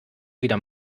wieder